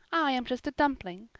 i am just a dumpling.